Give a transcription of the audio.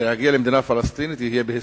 שלהגיע למדינה פלסטינית יהיה בהסכם,